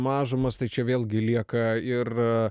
mažumas tai čia vėlgi lieka ir